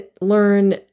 learn